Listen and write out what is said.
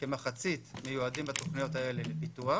כמחצית מיועדים בתוכניות האלה לפיתוח